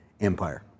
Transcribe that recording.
Empire